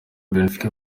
benfica